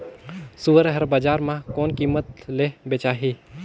सुअर हर बजार मां कोन कीमत ले बेचाही?